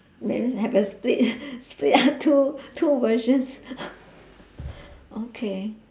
that means have a split split two two versions okay